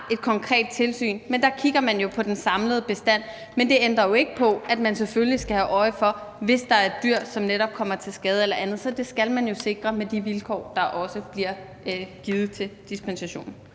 et konkret tilsyn, men der kigger man jo på den samlede bestand. Men det ændrer jo ikke på, at man selvfølgelig skal have øje for, hvis der er et dyr, som netop kommer til skade eller andet. Så det skal man jo sikre med de vilkår, der bliver givet til dispensationen.